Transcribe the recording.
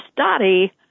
study